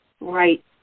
Right